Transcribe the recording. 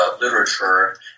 literature